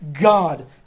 God